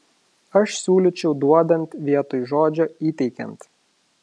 aš siūlyčiau duodant vietoj žodžio įteikiant